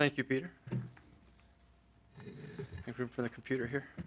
thank you peter for the computer here